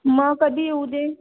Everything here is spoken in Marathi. मग कधी येऊ दे